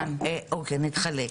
נתחלק.